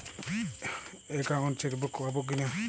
Account chequebook পাবো কি না?